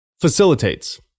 facilitates